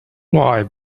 why